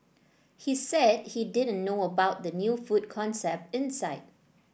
he said he didn't know about the new food concept inside